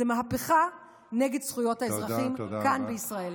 זו מהפכה נגד זכויות האזרחים כאן בישראל.